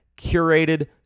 curated